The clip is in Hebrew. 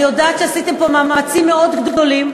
אני יודעת שעשיתם פה מאמצים מאוד גדולים.